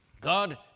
God